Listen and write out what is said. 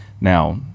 Now